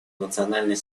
национальной